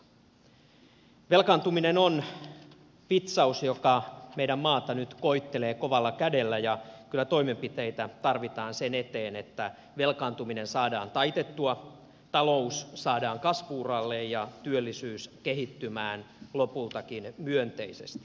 velkaantuminen on vitsaus joka meidän maatamme nyt koettelee kovalla kädellä ja kyllä toimenpiteitä tarvitaan sen eteen että velkaantuminen saadaan taitettua talous saadaan kasvu uralle ja työllisyys kehittymään lopultakin myönteisesti